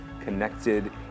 connected